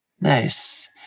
Nice